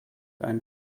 ein